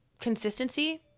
consistency –